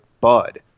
Bud